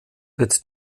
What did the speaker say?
wird